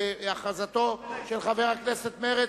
קבוצת סיעת מרצ,